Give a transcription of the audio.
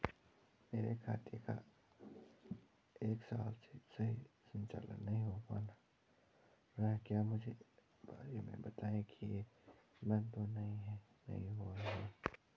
मेरे खाते का एक साल से सही से संचालन नहीं हो पाना रहा है क्या आप इसके बारे में बताएँगे कि ये बन्द तो नहीं हुआ है?